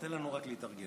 תן לנו רק להתארגן.